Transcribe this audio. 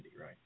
right